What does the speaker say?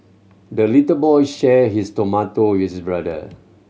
the little boy shared his tomato with brother